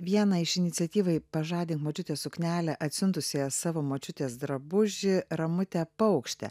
vieną iš iniciatyvai pažadink močiutės suknelę atsiuntusiąją savo močiutės drabužį ramutę paukštę